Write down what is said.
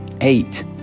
Eight